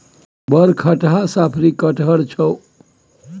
बड़ खटहा साफरी कटहड़ छौ